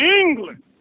England